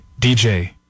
DJ